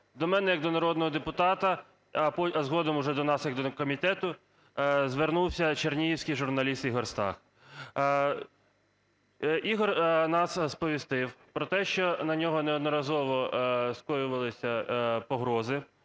До мене як до народного депутата, а згодом уже до нас як до комітету, звернувся чернігівський журналіст Ігор Стах. Ігор нас сповістив про те, що на нього неодноразово скоювалися погрози.